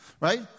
Right